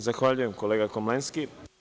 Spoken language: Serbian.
Zahvaljujem, kolega Komlenski.